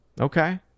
Okay